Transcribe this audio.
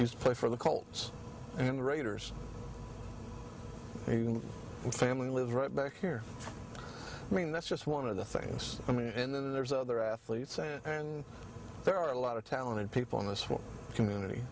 he's played for the colts and the raiders family lives right back here i mean that's just one of the things i mean and then there's other athletes and there are a lot of talented people in this one community